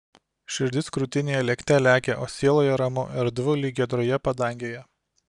širdis krūtinėje lėkte lekia o sieloje ramu erdvu lyg giedroje padangėje